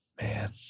man